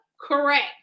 correct